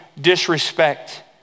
disrespect